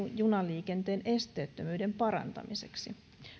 junaliikenteen esteettömyyden parantamiseksi